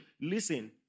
Listen